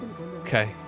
Okay